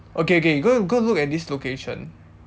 okay okay you go you go and look at this location